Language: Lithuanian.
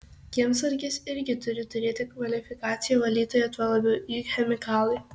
kiemsargis irgi turi turėti kvalifikaciją valytoja tuo labiau juk chemikalai